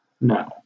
No